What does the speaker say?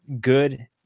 good